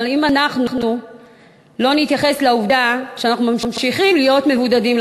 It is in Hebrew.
אבל אם אנחנו לא נתייחס לעובדה שאנחנו ממשיכים להיות מבודדים,